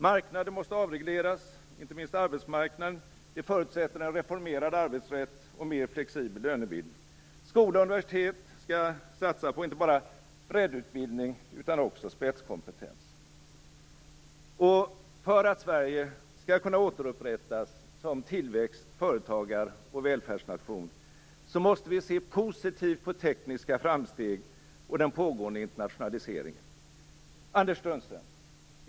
Marknader måste avregleras, inte minst arbetsmarknaden, vilket förutsätter en reformerad arbetsrätt och en mer flexibel lönebildning. Skola och universitet skall satsa på inte bara breddutbildning utan också spetskompetens. Och för att Sverige skall kunna återupprättas som tillväxt-, företagar och välfärdsnation måste vi se positivt på tekniska framsteg och den pågående internationaliseringen. Anders Sundström!